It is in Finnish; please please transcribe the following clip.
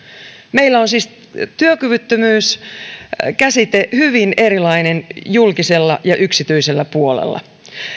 meillä on siis työkyvyttömyyskäsite hyvin erilainen julkisella ja yksityisellä puolella